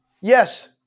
yes